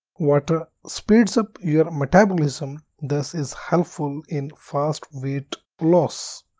water speeds up your metabolism thus is helpful in fast weight loss.